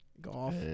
Golf